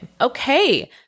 Okay